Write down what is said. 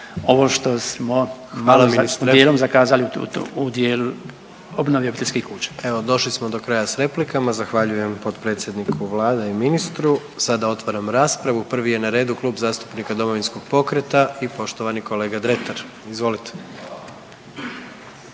ministre./… … dijelom zakazali u dijelu obnove obiteljskih kuća. **Jandroković, Gordan (HDZ)** Evo došli smo do kraja sa replikama. Zahvaljujem potpredsjedniku Vlade i ministru. Sada otvaram raspravu. Prvi je na redu Klub zastupnika Domovinskog pokreta i poštovani kolega Dretar, izvolite.